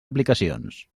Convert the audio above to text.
aplicacions